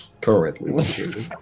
currently